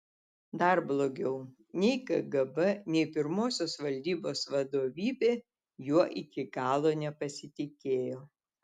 dar blogiau nei kgb nei pirmosios valdybos vadovybė juo iki galo nepasitikėjo